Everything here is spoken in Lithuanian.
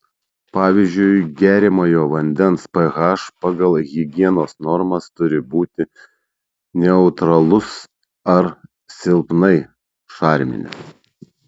pavyzdžiui geriamojo vandens ph pagal higienos normas turi būti neutralus ar silpnai šarminis